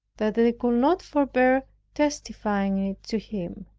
that they could not forbear testifying it to him.